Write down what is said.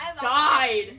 died